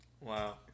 Wow